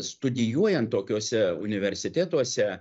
studijuojant tokiuose universitetuose